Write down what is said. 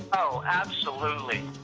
oh, absolutely.